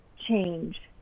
change